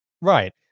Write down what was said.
right